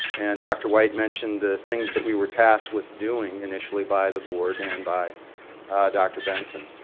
and dr. white mentioned the things that we were tasked with doing initially by the board and by dr. benson.